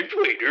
later